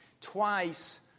twice